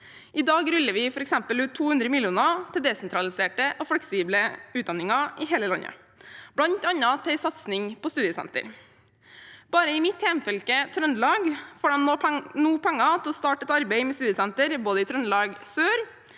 I dag ruller vi f.eks. ut 200 mill. kr til desentraliserte og fleksible utdanninger i hele landet, bl.a. til en satsing på studiesentre. Bare i mitt hjemfylke, Trøndelag, får de nå penger til å starte arbeidet med studiesentre både i Trøndelag Sør,